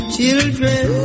Children